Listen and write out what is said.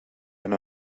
and